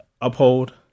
Uphold